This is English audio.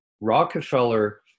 Rockefeller